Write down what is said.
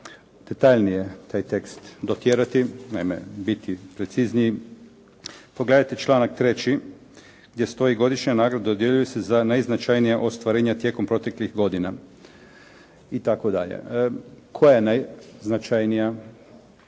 detaljnije taj tekst dotjerati biti precizniji, pogledajte članak 3. gdje stoji „Godišnja nagrada dodjeljuje se za najznačajnija ostvarenja tijekom proteklih godina“. Koja je najznačajnija